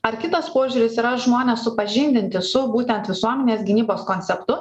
ar kitas požiūris yra žmones supažindinti su būtent visuomenės gynybos konceptu